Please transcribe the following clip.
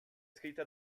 scritta